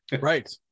right